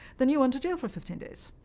then you went to jail for fifteen days.